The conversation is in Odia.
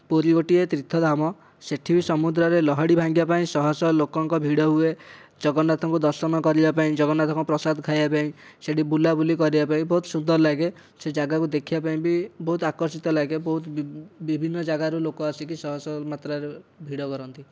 ପୁରୀ ଗୋଟିଏ ତୀର୍ଥଧାମ ସେଇଠି ବି ସମୁଦ୍ରରେ ଲହଡ଼ି ଭାଙ୍ଗିବା ପାଇଁ ଶହ ଶହ ଲୋକଙ୍କ ଭିଡ ହୁଏ ଜଗନ୍ନାଥଙ୍କୁ ଦର୍ଶନ କରିବା ପାଇଁ ଜଗନ୍ନାଥଙ୍କର ପ୍ରସାଦ ଖାଇବା ପାଇଁ ସେଇଠି ବୁଲାବୁଲି କରିବା ପାଇଁ ବହୁତ ସୁନ୍ଦର ଲାଗେ ସେହି ଜାଗାକୁ ଦେଖିବା ପାଇଁ ବି ବହୁତ ଆକର୍ଷିତ ଲାଗେ ବହୁତ ବିଭିନ୍ନ ଜାଗାରୁ ଲୋକ ଆସିକି ଶହ ଶହ ମାତ୍ରାରେ ଭିଡ଼ କରନ୍ତି